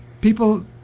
people